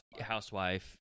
housewife